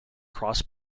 cross